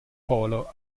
polo